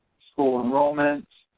school enrollment,